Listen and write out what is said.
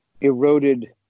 eroded